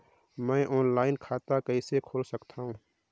मैं ऑनलाइन खाता कइसे खोल सकथव?